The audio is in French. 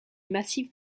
massif